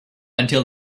until